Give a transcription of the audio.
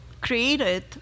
created